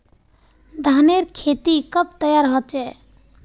धानेर खेती कब तैयार होचे?